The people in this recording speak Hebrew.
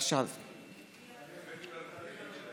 שעת חירום (נגיף הקורונה החדש)